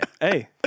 hey